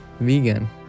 Vegan